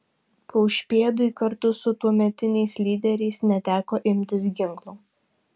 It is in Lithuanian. kaušpėdui kartu su tuometiniais lyderiais neteko imtis ginklų